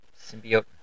Symbiote